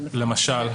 למשל?